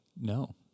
No